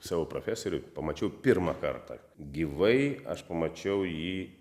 savo profesorių pamačiau pirmą kartą gyvai aš pamačiau jį